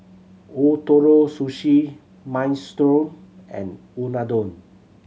Ootoro Sushi Minestrone and Unadon